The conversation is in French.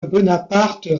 bonaparte